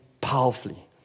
powerfully